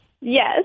Yes